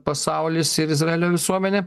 pasaulis ir izraelio visuomenė